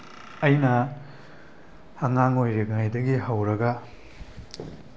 ꯑꯩꯅ ꯑꯉꯥꯡ ꯑꯣꯏꯔꯤꯉꯩꯗꯒꯤ ꯍꯧꯔꯒ